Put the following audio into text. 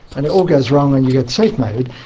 and it all goes wrong and you get safe mode.